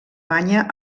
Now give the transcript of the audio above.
banya